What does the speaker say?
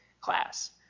class